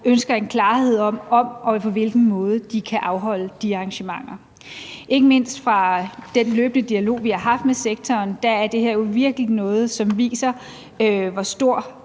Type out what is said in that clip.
ønsker en klarhed, i forhold til om og på hvilken måde de kan afholde de arrangementer. Ikke mindst fra den løbende dialog, vi har haft med sektoren, kan man høre, at det her jo virkelig er noget, som viser, hvor stor